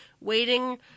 waiting